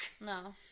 No